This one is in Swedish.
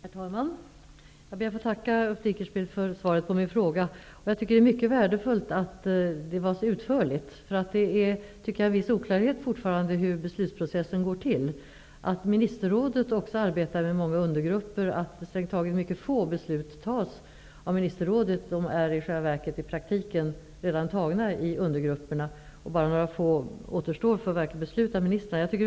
Herr talman! Jag ber att få tacka Ulf Dinkelspiel för svaret på min fråga. Jag tycker att det är mycket värdefullt att det var så utförligt. Jag tycker nämligen att det fortfarande råder en viss oklarhet om hur beslutsprocessen går till, att ministerrådet också arbetar med många undergrupper och att strängt taget mycket få beslut fattas av ministerrådet -- besluten är i själva verket redan i praktiken fattade i undergrupperna, och bara några få återstår för ministrarna att fatta beslut om.